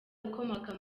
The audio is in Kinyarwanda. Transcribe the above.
ukomoka